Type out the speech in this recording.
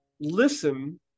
listen